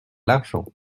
l’argent